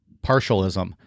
Partialism